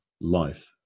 life